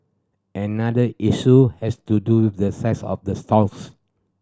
another issue has to do with the size of the stalls